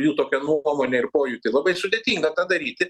jų tokią nuomonę ir pojūtį labai sudėtinga tą daryti